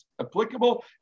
applicable